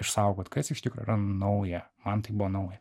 išsaugot kas iš tikro yra nauja man tai buvo nauja